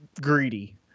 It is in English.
greedy